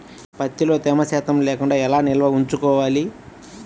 ప్రత్తిలో తేమ శాతం లేకుండా ఎలా నిల్వ ఉంచుకోవాలి?